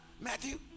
Matthew